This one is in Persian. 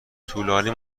طولانی